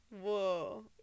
Whoa